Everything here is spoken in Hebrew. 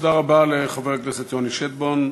תודה רבה לחבר הכנסת יוני שטבון.